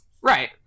Right